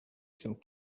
some